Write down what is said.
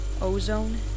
ozone